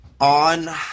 on